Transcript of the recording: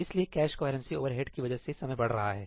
इसलिए cache coherency overhead की वजह से समय बढ़ रहा है